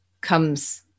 comes